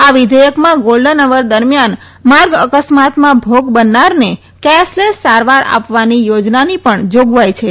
આ વિધેયકમાં golden hour દરમ્યાન માર્ગ અકસ્માતમાં ભોગ બનનારને કેસલેસ સારવાર આપવાની યોજનાની પણ જાગવાઈ છે